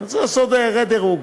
אני רוצה לעשות רה-דירוג.